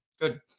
Good